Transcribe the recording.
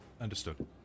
Understood